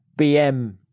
BM